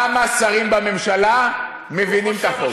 תגיד לי, כמה שרים בממשלה מבינים את החוק?